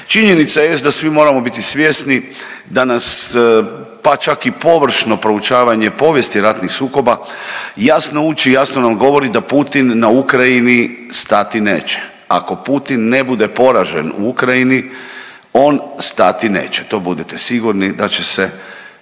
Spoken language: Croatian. Činjenica jest da svi moramo biti svjesni da nas, pa čak i površno proučavanje povijesti ratnih sukoba jasno uči i jasno nam govori da Putin na Ukrajini stati neće. Ako Putin ne bude poražen u Ukrajini on stati neće, to budite sigurni da će se